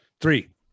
Three